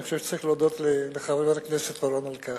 אני רוצה להודות לחבר הכנסת אורון על כך.